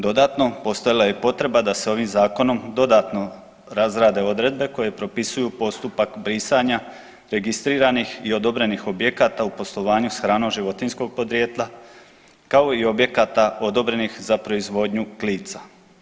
Dodatno, postojala je i potreba da se ovim zakonom dodatno razrade odredbe koje propisuju postupak brisanja registriranih i odobrenih objekata u poslovanju s hranom životinjskog podrijetla kao i objekata odobrenih za proizvodnju klica.